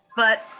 but